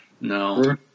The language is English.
no